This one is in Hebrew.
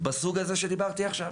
מהסוג הזה שדיברתי עליו עכשיו.